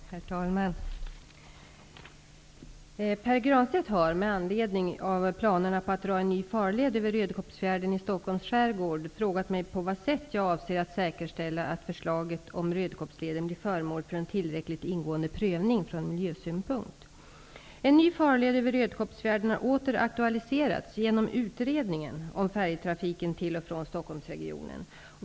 Herr talman! Pär Granstedt har, med anledning av planerna på att dra en ny farled över Rödkobbsfjärden i Stockholms skärgård, frågat mig på vad sätt jag avser att säkerställa att förslaget om Rödkobbsleden blir föremål för en tillräckligt ingående prövning från miljösynpunkt. En ny farled över Rödkobbsfjärden har åter aktualiserats genom utredningen om färjetrafiken till och från Stockholmsregionen.